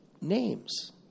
names